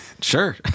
sure